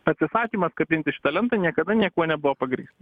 atsisakymas kabinti šitą lentą niekada niekuo nebuvo pagrįsta